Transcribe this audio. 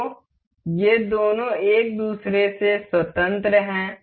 तो ये दोनों एक दूसरे से स्वतंत्र हैं